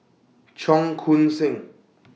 Cheong Koon Seng